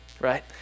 right